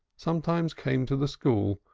sometimes came to the school,